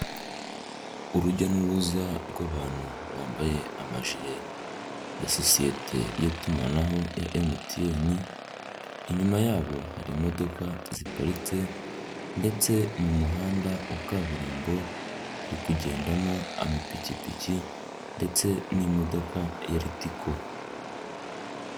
Urujya n'uruza rw'abantu bambaye amajire, ya sosiyete y'itumanaho ya Emutiyeni. Inyuma yabo hari imodoka ziparitse, ndetse mu muhanda wa kaburimbo hari kugendamo amapikipiki, ndetse n'imodoka ya ritico.